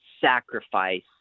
sacrifice